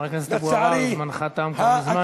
לצערי, חבר הכנסת אבו עראר, זמנך תם כבר מזמן.